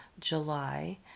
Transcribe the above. July